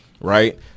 Right